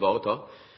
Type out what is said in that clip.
ivareta.